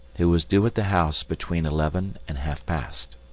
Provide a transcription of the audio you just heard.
who was due at the house between eleven and half-past.